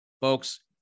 folks